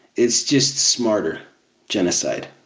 it's just smarter genocide.